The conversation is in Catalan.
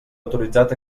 autoritzat